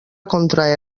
contra